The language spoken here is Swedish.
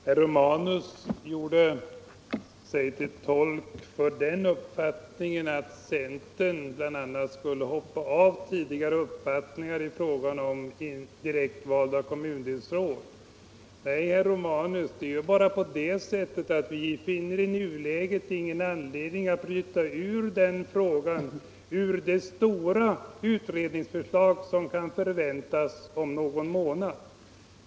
Herr talman! Herr Romanus gjorde sig till tolk för den uppfattningen att centerpartiet skulle ha hoppat av sin tidigare inställning till direktvalda kommundelsråd. Nej, herr Romanus, men vi finner i nuläget ingen anledning bryta ut den frågan ur det stora utredningsförslag som kan förväntas om någon månad.